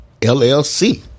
LLC